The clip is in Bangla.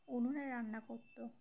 উনুনে রান্না করত